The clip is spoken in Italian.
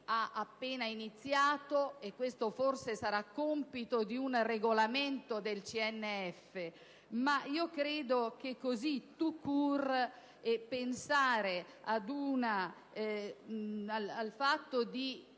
ha appena iniziato, e questo forse sarà compito di un regolamento del CNF, ma io credo che così, *tout court*, pensare di